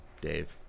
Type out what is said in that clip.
Dave